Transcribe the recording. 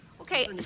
Okay